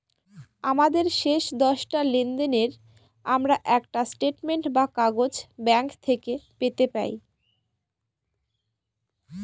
আমাদের শেষ দশটা লেনদেনের আমরা একটা স্টেটমেন্ট বা কাগজ ব্যাঙ্ক থেকে পেতে পাই